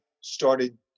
started